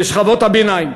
בשכבות הביניים.